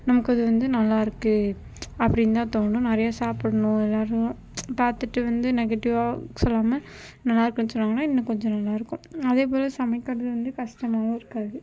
நமக்கு அது வந்து நல்லாயிருக்கு அப்படின்னுதான் தோணும் நிறையா சாப்பிடுணும் எல்லோரும் பார்த்துட்டு வந்து நெகட்டிவாக சொல்லாமல் நல்லாயிருக்குன்னு சொன்னாங்கன்னா இன்னும் கொஞ்சம் நல்லாயிருக்கும் அதேபோல சமைக்கிறது வந்து கஷ்டமாவும் இருக்காது